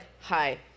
hi